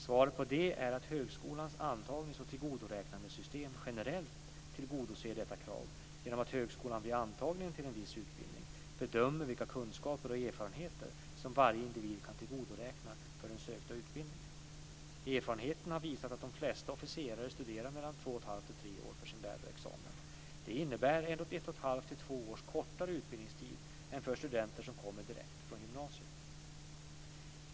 Svaret på detta är att högskolans antagnings och tillgodoräknandesystem generellt tillgodoser detta krav genom att högskolan vid antagningen till en viss utbildning bedömer vilka kunskaper och erfarenheter som varje individ kan tillgodoräknas för den sökta utbildningen. Erfarenheten har visat att de flesta officerare studerar mellan 2,5 och 3 år för sin lärarexamen. Detta innebär 1,5-2 års kortare utbildningstid än för studenter som kommer direkt från gymnasiet.